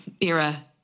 era